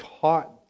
taught